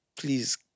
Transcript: please